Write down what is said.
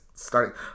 starting